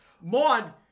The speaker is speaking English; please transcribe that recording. Maud